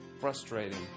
frustrating